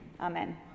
Amen